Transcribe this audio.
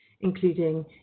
including